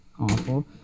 awful